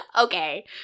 okay